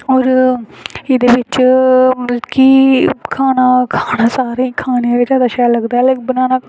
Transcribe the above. होर एह्दे बिच मतलब की खाना ते खाना सारें गी अच्छा लगदा पर बनाना